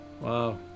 Wow